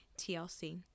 tlc